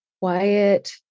quiet